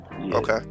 Okay